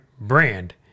brand